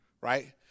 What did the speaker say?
Right